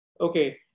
okay